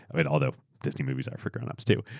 and but although disney movies are for grown-ups, too,